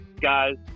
Guys